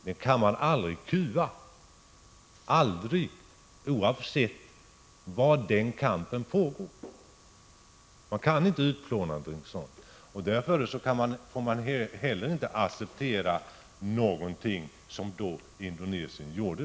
Den kan man aldrig kuva, oavsett var den kampen pågår. Man kan inte utplåna något sådant. Därför får man inte heller acceptera det som Indonesien gjort.